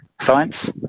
science